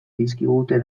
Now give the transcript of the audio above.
dizkigute